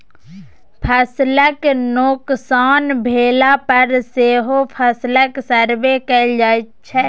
फसलक नोकसान भेला पर सेहो फसलक सर्वे कएल जाइ छै